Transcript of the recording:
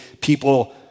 people